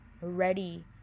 ready